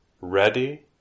ready